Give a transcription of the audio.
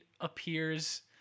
appears